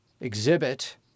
exhibit